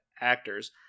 actors